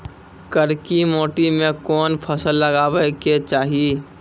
करकी माटी मे कोन फ़सल लगाबै के चाही?